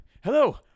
hello